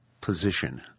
position